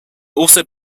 also